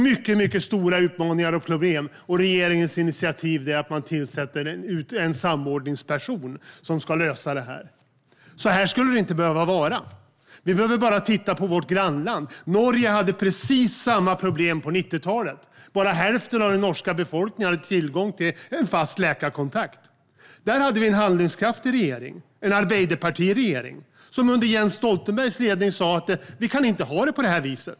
Det är mycket stora problem, och regeringens initiativ är att man tillsätter en samordningsperson som ska lösa dem. Så här skulle det inte behöva vara. Vi behöver bara titta på vårt grannland. Norge hade precis samma problem på 90-talet. Endast hälften av den norska befolkningen hade tillgång till en fast läkarkontakt. Där fanns det en handlingskraftig regering, en Arbeiderpartiregering, som under Jens Stoltenbergs ledning sa att de inte kunde ha det på det där viset.